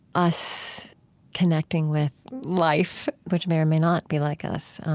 us connecting with life which may or may not be like us,